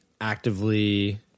actively